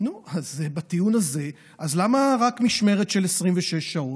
נו, בטיעון הזה, אז למה רק משמרת של 26 שעות?